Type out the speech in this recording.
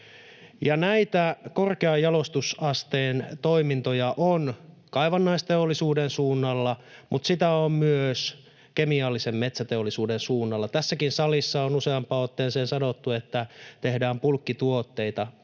Näitä korkean jalostusasteen toimintoja on kaivannaisteollisuuden suunnalla, mutta sitä on myös kemiallisen metsäteollisuuden suunnalla. Tässäkin salissa on useampaan otteeseen sanottu, että tehdään bulkkituotteita.